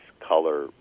color